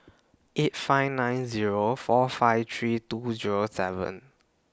eight five nine Zero four five three two Zero seven